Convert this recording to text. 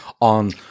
on